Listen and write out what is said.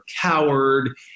coward